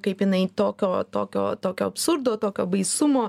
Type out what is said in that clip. kaip jinai tokio tokio tokio absurdo tokio baisumo